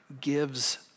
gives